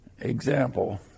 example